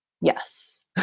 yes